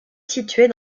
située